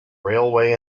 railway